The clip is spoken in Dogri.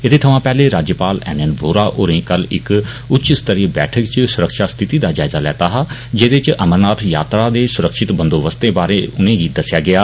एहदे थमां पैहले राज्यपाल एन एन वोहरा होरें कल इक उच्च स्तरीय बैठक इच सुरक्षा स्थिति दा जायजा लैता हा जेदे इच अमरनाथ यात्रा दे सुरक्षित बंदोबस्तें बारै उनें गी दस्सेआ गेआ